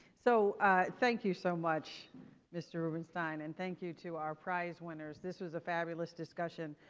so thank you so much mr. rubenstein, and thank you to our prize winners. this was a fabulous discussion.